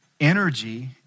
energy